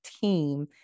team